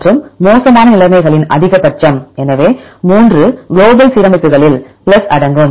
மற்றும் மோசமான நிலைமைகளின் அதிகபட்சம் எனவே 3 குளோபல் சீரமைப்புகளில் பிளஸ் அடங்கும்